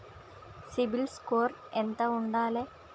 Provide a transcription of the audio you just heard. CIBIL score ఎంత ఉండాలే?